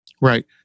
Right